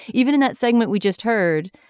even in that segment we just heard.